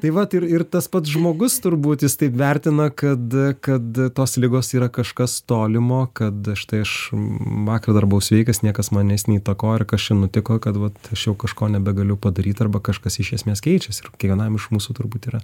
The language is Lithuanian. tai vat ir ir tas pats žmogus turbūt jis taip vertina kad kad tos ligos yra kažkas tolimo kad štai aš vakar dar buvau sveikas niekas manęs neįtakoja ir kas čia nutiko kad vat aš jau kažko nebegaliu padaryt arba kažkas iš esmės keičiasi ir kiekvienam iš mūsų turbūt yra